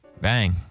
Bang